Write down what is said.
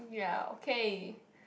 ya okay